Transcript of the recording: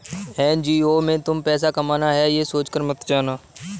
NGO में तुम पैसा कमाना है, ये सोचकर मत जाना